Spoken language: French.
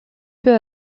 peu